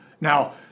Now